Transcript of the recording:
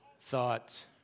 thoughts